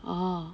orh